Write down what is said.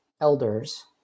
elders